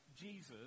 Jesus